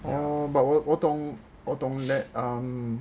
orh but 我我懂我懂 that err